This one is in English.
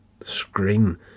scream